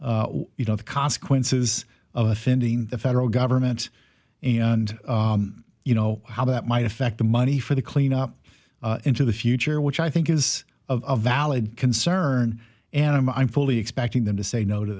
of you know the consequences of offending the federal government and you know how that might affect the money for the clean up into the future which i think is of valid concern and i'm fully expecting them to say no to